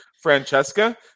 Francesca